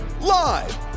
live